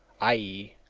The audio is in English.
i e,